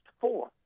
four